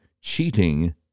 cheating